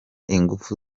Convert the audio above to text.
ingufu